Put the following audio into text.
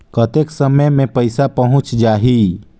कतेक समय मे पइसा पहुंच जाही?